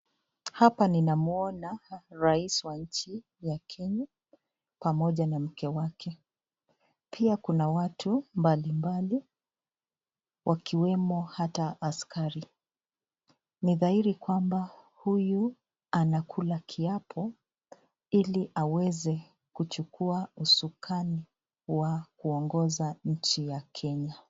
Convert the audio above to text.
Hapa ninamwona rais wa nchi ya Kenya, pamoja na mke wake. Pia kuna watu mbalimbali, wakiwemo hata askari. Ni dhahiri kwamba huyu, anakula kiapo, ili aweze kuchukua usukani wa kuongoza nchi ya Kenya.